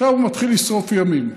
עכשיו הוא מתחיל לשרוף ימים,